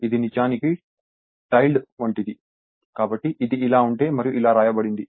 ఇది నిజానికి టిల్డే వంటిదికాబట్టి ఇది ఇలా ఉంటే మరియు ఇలా వ్రాయబడింది